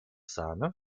sahne